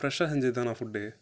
ஃப்ரெஷ்ஷாக செஞ்சதுதானா ஃபுட்டு